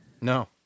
No